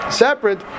separate